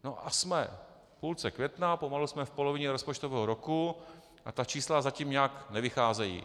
A jsme v půlce května, pomalu jsme v polovině rozpočtového roku a ta čísla zatím nějak nevycházejí.